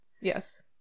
Yes